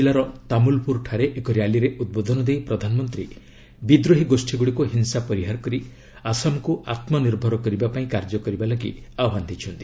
ଜିଲ୍ଲାର ତାମୁଲପୁରଠାରେ ଏକ ର୍ୟାଲିରେ ଉଦ୍ବୋଧନ ଦେଇ ପ୍ରଧାନମନ୍ତ୍ରୀ ବିଦ୍ରୋହୀ ଗୋଷ୍ଠୀ ଗୁଡ଼ିକୁ ହିଂସା ପରିହାର କରି ଆସାମକୁ ଆତ୍ମନିର୍ଭର କରିବା ପାଇଁ କାର୍ଯ୍ୟ କରିବାକୁ ଆହ୍ୱାନ ଦେଇଛନ୍ତି